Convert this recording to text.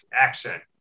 accent